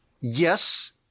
Yes